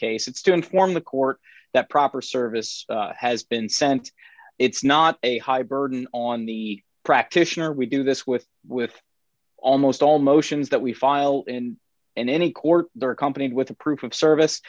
case it's to inform the court that proper service has been sent it's not a high burden on the practitioner we do this with with almost all motions that we file and in any court there accompanied with a proof of service